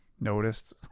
noticed